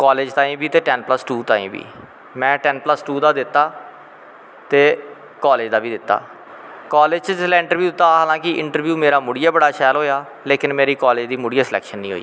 college तांई बी ते टैन प्लस टू तांई बी में टैन प्लस टू दा बी दित्ता ते काैलेंज दा बी दित्ता कालेज़ च जिसलै इंट्रब्यू जिसलै दित्ता हालांकि इन्ट्रब्यू बड़ा सैल होया लेकिन मेरी मुड़ियै कालेज़ दी स्लैक्शन नी होई